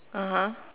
(uh huh)